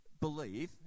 believe